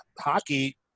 hockey